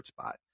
spot